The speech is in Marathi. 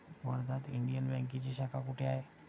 वर्ध्यात इंडियन बँकेची शाखा कुठे आहे?